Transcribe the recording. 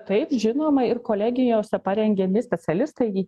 taip žinoma ir kolegijose parengiami specialistai